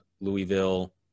Louisville